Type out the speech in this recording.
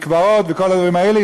מקוואות וכל הדברים האלה,